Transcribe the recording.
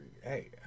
hey